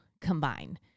combine